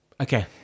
Okay